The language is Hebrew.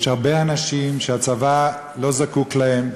יש הרבה אנשים שהצבא לא זקוק להם,